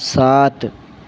سات